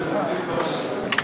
לעבוד.